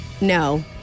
No